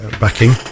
backing